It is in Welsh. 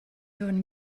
hwn